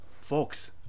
folks